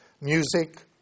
Music